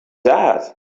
that